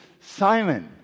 simon